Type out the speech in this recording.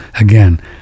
Again